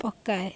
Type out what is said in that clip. ପକାଏ